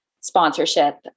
sponsorship